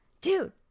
dude